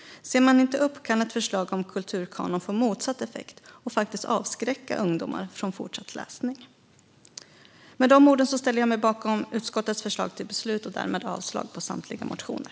Ser man inte upp kan ett förslag om en kulturkanon få motsatt effekt och faktiskt avskräcka ungdomar från fortsatt läsning. Med de orden yrkar jag bifall till utskottets förslag till beslut och därmed avslag på samtliga motioner.